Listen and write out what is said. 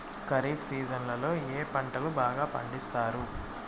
ఖరీఫ్ సీజన్లలో ఏ పంటలు బాగా పండిస్తారు